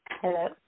Hello